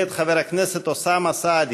מאת חבר הכנסת אוסאמה סעדי.